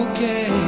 Okay